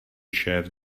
šéf